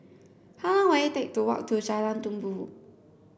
how long will it take to walk to Jalan Tumpu